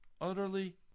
utterly